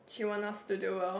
she want us to do well